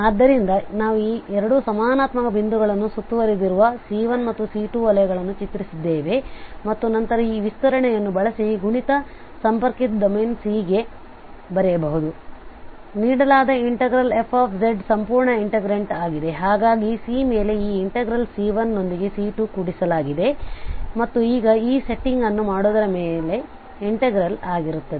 ಆದ್ದರಿಂದ ನಾವು ಈ 2 ಸಮಸ್ಯಾತ್ಮಕ ಬಿಂದುಗಳನ್ನು ಸುತ್ತುವರಿದಿರುವ C1 ಮತ್ತು C2 ವಲಯಗಳನ್ನು ಚಿತ್ರಿಸಿದ್ದೇವೆ ಮತ್ತು ನಂತರ ಈ ವಿಸ್ತರಣೆಯನ್ನು ಬಳಸಿ ಗುಣಿತ ಸಂಪರ್ಕಿತ ಡೊಮೇನ್ C ಗೆ ಬರೆಯಬಹುದು ನೀಡಲಾದ ಇನ್ಟೆಗ್ರಲ್ f ಸಂಪೂರ್ಣ ಇನ್ಟೆಗ್ರಂಟ್ ಆಗಿದೆ ಹಾಗಾಗಿ C ಮೇಲೆ ಈ ಇನ್ಟೆಗ್ರಲ್ C1 ನೊಂದಿಗೆ C2 ಕೂಡಿಸಲಾಗಿದೆ ಮತ್ತು ಈಗ ಈ ಸೆಟ್ಟಿಂಗ್ ಅನ್ನು ಮಾಡುವುದರ ಮೇಲೆ ಇನ್ಟೆಗ್ರಲ್ ಅಗಿರುತ್ತದೆ